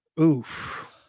Oof